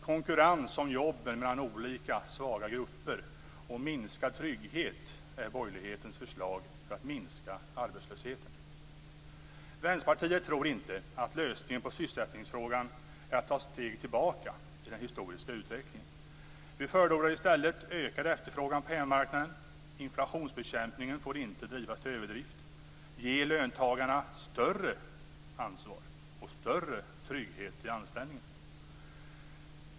Konkurrens om jobben mellan olika svaga grupper och minskad trygghet är borgerlighetens förslag för att minska arbetslösheten. Vänsterpartiet tror inte att lösningen på sysselsättningsfrågan är att ta steg tillbaka i den historiska utvecklingen. Vi förordar i stället ökad efterfrågan på hemmamarknaden, att inflationsbekämpningen inte får drivas till överdrift och att löntagarna ges större ansvar och större trygghet i anställningen.